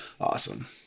Awesome